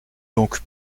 donc